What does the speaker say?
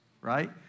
right